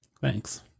Thanks